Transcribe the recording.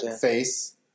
face